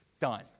Done